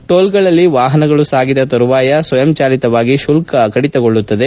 ಟೋಲ್ಗಳಲ್ಲಿ ವಾಹನಗಳು ಸಾಗಿದ ತರುವಾಯ ಸ್ವಯಂಚಾಲಿತವಾಗಿ ಶುಲ್ಕ ಕಡಿತಗೊಳ್ಳುತ್ತದೆ